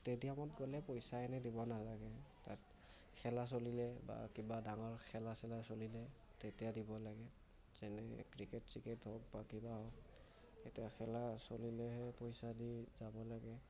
ষ্টেডিয়ামত গ'লে পইচা এনেই দিব নালাগে তাত খেলা চলিলে বা কিবা ডাঙৰ খেলা চেলা চলিলে তেতিয়া দিব লাগে যেনে ক্ৰিকেট চিকেট হওক বা কিবা হওক এতিয়া খেলা চলিলেহে পইচা দি যাব লাগে